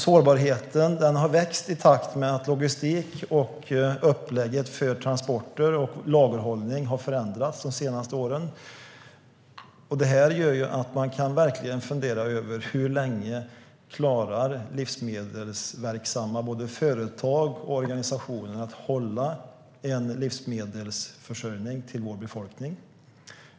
Sårbarheten har växt i takt med att logistiken och upplägget för transporter och lagerhållning har förändrats de senaste åren. Detta gör att man verkligen kan fundera över hur länge livsmedelsverksamma företag och organisationer klarar livsmedelsförsörjningen till vår befolkning.